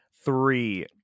three